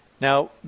Now